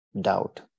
doubt